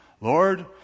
Lord